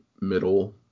middle